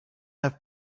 have